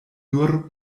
nur